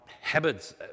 habits